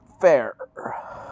fair